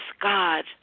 God